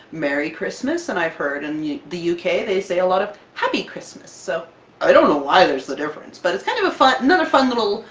merry christmas and i've heard in the the yeah uk they say a lot of happy christmas! so i don't know why there's the difference, but it's kind of a fun another fun little,